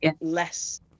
less